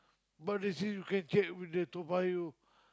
but they say you can check with the Toa-Payoh